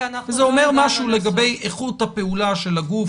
זה אומר משהו לגבי איכות הפעולה של הגוף.